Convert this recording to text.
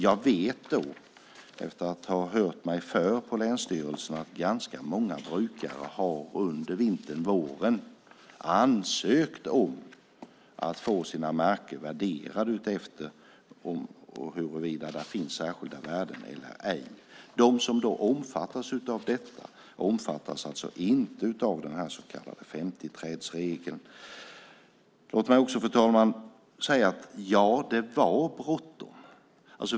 Jag vet, efter att ha hört mig för på länsstyrelserna, att ganska många brukare under vintern och våren har ansökt om att få sina marker värderade utifrån om där finns särskilda värden eller ej. De som omfattas av detta omfattas alltså inte av den så kallade 50-trädsregeln. Det var bråttom.